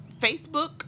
Facebook